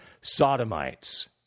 sodomites